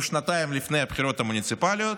אנחנו שנתיים לפני הבחירות המוניציפליות.